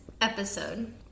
episode